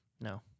No